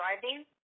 driving